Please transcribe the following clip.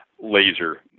laser